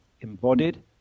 embodied